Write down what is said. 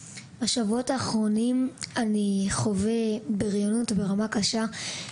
א': בשבועות האחרונים אני חווה בריונות ברמה קשה.